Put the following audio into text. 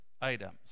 items